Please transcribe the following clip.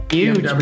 huge